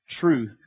truth